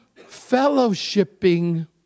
fellowshipping